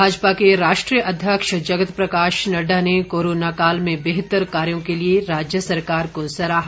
भाजपा के राष्ट्रीय अध्यक्ष जगत प्रकाश नड्डा ने कोरोना काल में बेहतर कार्यो के लिए राज्य सरकार को सराहा